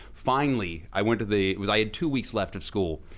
finally i went to the, it was, i had two weeks left of school,